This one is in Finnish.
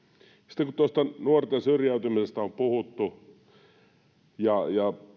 sitten kun nuorten syrjäytymisestä on puhuttu ja